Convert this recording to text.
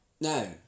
no